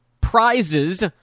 prizes